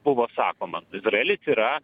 buvo sakoma izraelis yra